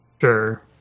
sure